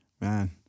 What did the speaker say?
Man